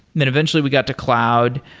then eventually we got to cloud.